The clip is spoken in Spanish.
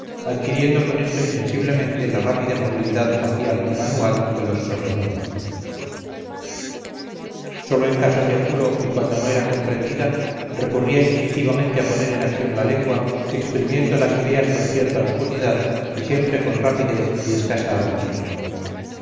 adquiriendo con esto insensiblemente la rápida movilidad facial y manual de los sordo-mudos sólo en casos de apuro y cuando no era comprendida recurría instintivamente a poner en acción la lengua exprimiendo las ideas con cierta oscuridad y siempre con rapidez y escasa armonía